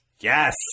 Yes